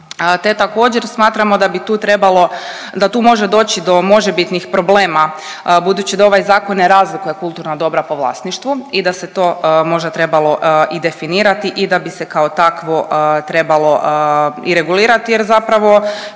bi tu trebalo, da tu može doći do možebitnih problema budući da ovaj zakon ne razlikuje kulturna dobra po vlasništvu i da se to možda trebalo i definirati i da bi se kao takvo trebalo i regulirati jer zapravo